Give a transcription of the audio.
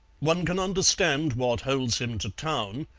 one can understand what holds him to town,